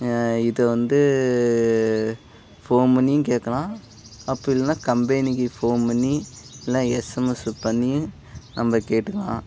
இதை வந்து ஃபோன் பண்ணியும் கேட்கலாம் அப்படி இல்லைன்னா கம்பெனிக்கு ஃபோன் பண்ணி இல்லைன்னா எஸ்எம்எஸ்ஸு பண்ணியும் நம்ப கேட்டுக்கலாம்